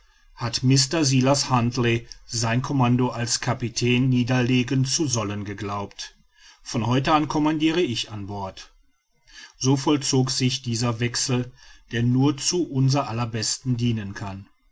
hat mr silas huntly sein commando als kapitän niederlegen zu sollen geglaubt von heute an commandire ich an bord so vollzog sich dieser wechsel der nur zu unser aller besten dienen kann